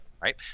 right